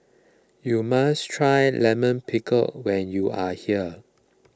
you must try Lime Pickle when you are here